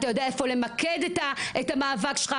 אתה יודע איפה למקד את המאבק שלך,